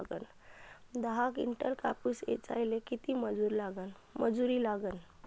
दहा किंटल कापूस ऐचायले किती मजूरी लागन?